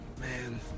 man